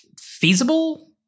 feasible